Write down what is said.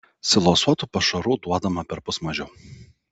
silosuotų pašarų duodama perpus mažiau